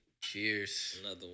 Cheers